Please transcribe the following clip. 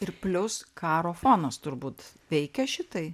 ir plius karo fonas turbūt veikia šitai